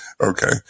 Okay